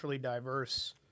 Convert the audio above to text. diverse